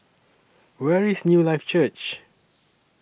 Where IS Newlife Church